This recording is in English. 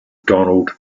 donald